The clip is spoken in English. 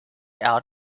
out